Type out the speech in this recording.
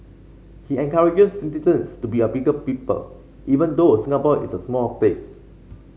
he encourages citizens to be bigger people even though Singapore is a small place